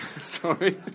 sorry